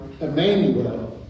emmanuel